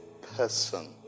person